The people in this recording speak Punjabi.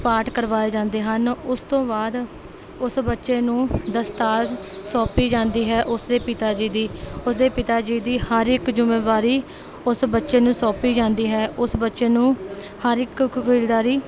ਪਾਠ ਕਰਵਾਏ ਜਾਂਦੇ ਹਨ ਉਸ ਤੋਂ ਬਾਅਦ ਉਸ ਬੱਚੇ ਨੂੰ ਦਸਤਾਰ ਸੌਂਪੀ ਜਾਂਦੀ ਹੈ ਉਸ ਦੇ ਪਿਤਾ ਜੀ ਦੀ ਉਸ ਦੇ ਪਿਤਾ ਜੀ ਦੀ ਹਰ ਇੱਕ ਜ਼ਿੰਮੇਵਾਰੀ ਉਸ ਬੱਚੇ ਨੂੰ ਸੌਂਪੀ ਜਾਂਦੀ ਹੈ ਉਸ ਬੱਚੇ ਨੂੰ ਹਰ ਇੱਕ ਕਬੀਲਦਾਰੀ